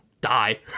die